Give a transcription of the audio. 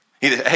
Hey